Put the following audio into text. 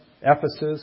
Ephesus